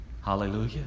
Hallelujah